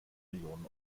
millionen